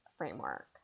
Framework